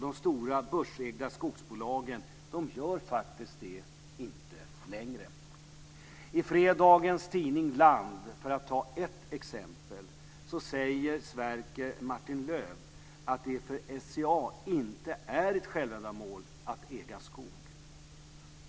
De stora börsägda skogsbolagen gör inte det längre. I fredagens tidningen Land, för att ta ett exempel, säger Sverker Martin-Löf att det för SCA inte är ett självändamål att äga skog.